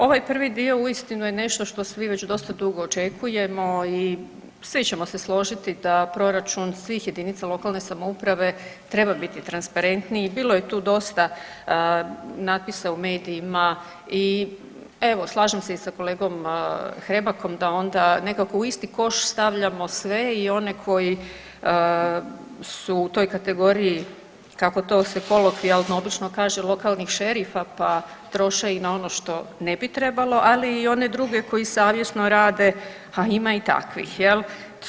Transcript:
Ovaj prvi dio uistinu je nešto što svi već dosta dugo očekujemo i svi ćemo se složiti da proračun svih jedinica lokalne samouprave treba biti transparentniji, bilo je tu dosta natpisa u medijima i evo, slažem se sa kolegom Hrebakom da onda nekako u isti koš stavljamo sve, i one koji su u toj kategoriji, kako to se kolokvijalno obično kaže, lokalnih šerifa pa troše i na ono što ne bi trebalo, ali i one druge koji savjesno rade, a ima i takvih, je li?